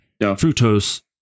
fructose